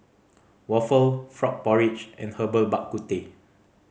waffle frog porridge and Herbal Bak Ku Teh